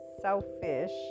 selfish